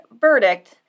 verdict